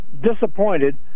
disappointed